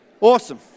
Awesome